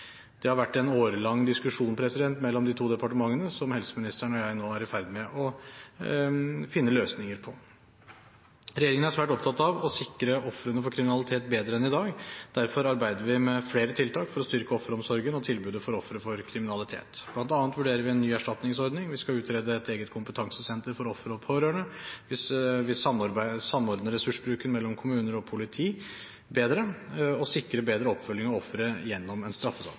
Det har vært en årelang diskusjon mellom de to departementene, noe helseministeren og jeg nå er i ferd med å finne løsninger på. Regjeringen er svært opptatt av å sikre ofrene for kriminalitet bedre enn i dag. Derfor arbeider vi med flere tiltak for å styrke offeromsorgen og tilbudet til ofre for kriminalitet. Blant annet vurderer vi en ny erstatningsordning, vi skal utrede et eget kompetansesenter for ofre og pårørende, og vi samordner ressursbruken mellom kommuner og politi bedre og sikrer bedre oppfølging av ofre gjennom en straffesak